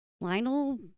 lionel